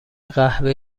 قهوه